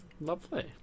Lovely